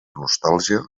nostàlgia